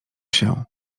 się